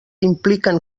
impliquen